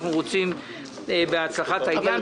אנחנו רוצים בהצלחת העניין.